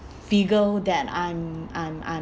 figure that I'm I'm I'm